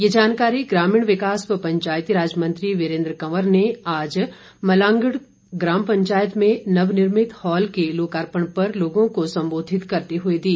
ये जानकारी ग्रामीण विकास व पंचायतीराज मंत्री वीरेन्द्र कंवर ने आज मलांगड़ ग्राम पंचायत में नवनिर्मित हॉल के लोकार्पण पर लोगों को संबोधित करते हुए दी